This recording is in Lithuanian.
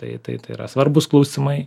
tai tai tai yra svarbūs klausimai